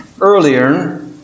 earlier